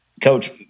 Coach